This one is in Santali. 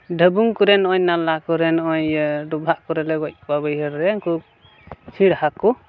ᱰᱟᱹᱵᱩᱝ ᱠᱚᱨᱮᱜ ᱱᱚᱜᱼᱚᱸᱭ ᱱᱟᱞᱟ ᱠᱚᱨᱮᱜ ᱱᱚᱜᱼᱚᱸᱭ ᱤᱭᱟᱹ ᱰᱚᱵᱷᱟᱜ ᱠᱚᱨᱮ ᱞᱮ ᱜᱚᱡ ᱠᱚᱣᱟ ᱵᱟᱹᱭᱦᱟᱹᱲ ᱨᱮ ᱪᱷᱤᱲ ᱦᱟᱹᱠᱩ